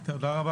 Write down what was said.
האלה?